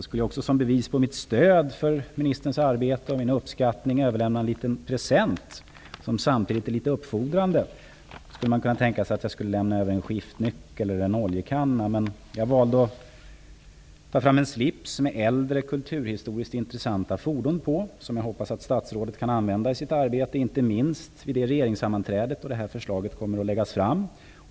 Som ett bevis på mitt stöd för ministerns arbete och min uppskattning skulle jag vilja överlämna en liten present, som samtidigt är litet uppfordrande. Nu skulle man kunna tänka sig att jag lämnade över en skiftnyckel eller en oljekanna. Jag valde att ta fram en slips med äldre, kulturhistoriskt intressanta fordon på, som jag hoppas statsrådet kan använda i sitt arbete, inte minst vid det regeringssammanträde då detta förslag kommer att läggas fram.